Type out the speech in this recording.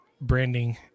branding